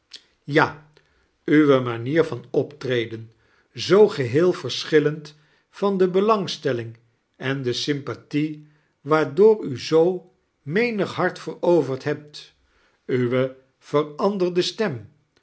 ja uwe manier van optreden zoo geheel verschillend van de belangstelling en sympathie waardoor u zoo menig hart veroverd hebt uwe veranderde stem